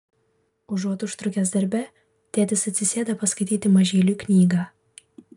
užuot užtrukęs darbe tėtis atsisėda paskaityti mažyliui knygą